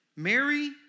Mary